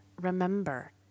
remember